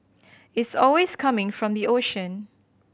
it's always coming from the ocean